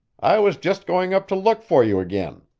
i was just going up to look for you again.